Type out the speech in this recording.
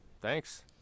Thanks